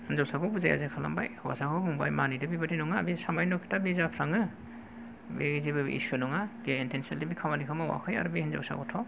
हिन्जावसाखौ बुजाय आजाय खालामबाय हौवसाखौबो बुंबाय मानिदो बेबादि नङा बे सामायन' खोथा बे जाफ्राङो बे जेबो इसु नङा जेन थेन बे बादि खामानिखौ मावाखै बे हिनजाव सा गथ'